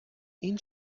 این